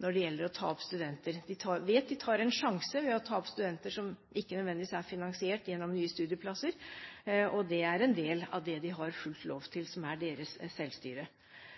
når det gjelder å ta opp studenter. De vet at de tar en sjanse ved å ta opp studenter som ikke nødvendigvis er finansiert gjennom nye studieplasser. Det er en del av det de har fullt lov til – som er deres selvstyre.